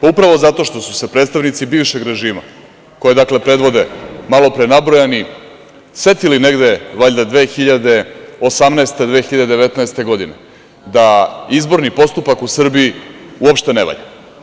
Upravo zato što su se predstavnici bivšeg režima koje, dakle, predvode malo pre nabrojani, setili negde valjda 2018, 2019. godine da izborni postupak u Srbiji uopšte ne valja.